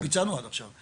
לא ביצענו עד עכשיו,